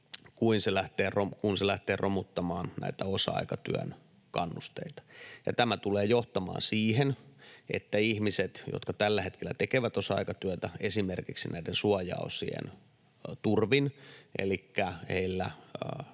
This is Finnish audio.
kun se lähtee romuttamaan näitä osa-aikatyön kannusteita, ja tämä tulee johtamaan siihen, että ihmiset, jotka tällä hetkellä tekevät osa-aikatyötä, esimerkiksi näiden suojaosien turvin, elikkä heillä